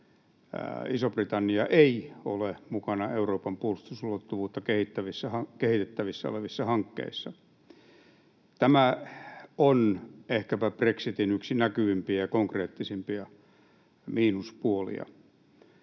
Iso-Britannia ei ole mukana Euroopan puolustusulottuvuutta kehittävissä hankkeissa. Tämä on ehkäpä brexitin yksi näkyvimpiä ja konkreettisimpia miinuspuolia.